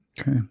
Okay